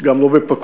גם לא בפקודו.